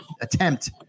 attempt